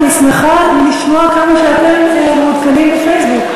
אני רק רוצה לומר שאני שמחה לשמוע כמה שאתם מעודכנים בפייסבוק.